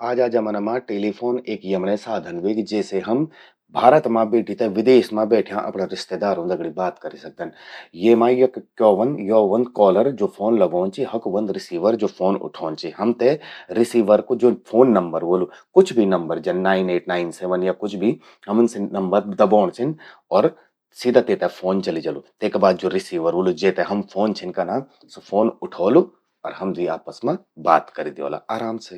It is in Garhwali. आजा जमना मां टेलिफोन एक यमणये साधन ह्वेगि, जेसे हम भारत मां बैठि ते विदेश मां बैठ्यां अपणां रिश्तेदारूं दगड़ि बात करि सकदन। येमा योक क्या ह्वंद, यो ह्वंद कॉलर ज्वो फोन लगौंद चि। हकु व्हंद रिसीवर, ज्वो फोन उठौंद चि। हमते रिसीवर कु ज्वो फोन नंबर व्होलु कुछ भी मतलब जन नाइट एट नाइन सेवन या कुछ भी..हमुन सि नंबर दबौंण छिन और सीधा तेते फोन चलि जलु। तेका बाद ज्वो रिसीवर व्होलु जेते हम फोन छिन कना, स्वो फोन उठौलु अर हम द्वी आपस मां बात करि द्योला आराम से।